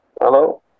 Hello